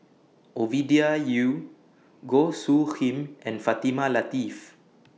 Ovidia Yu Goh Soo Khim and Fatimah Lateef